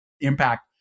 impact